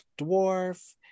Dwarf